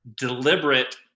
deliberate